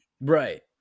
Right